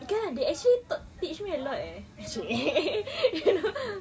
kan they actually taught teach me a lot eh !chey!